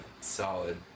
solid